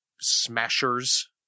smashers